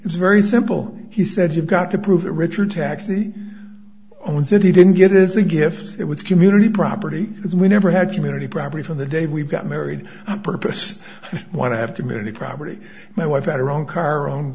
it's very simple he said you've got to prove that richard taxi own city didn't get is a gift it was community property because we never had community property from the day we got married on purpose want to have to get any property my wife had her own car o